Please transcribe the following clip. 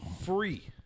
free